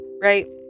right